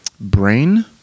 brain